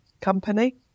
company